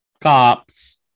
cops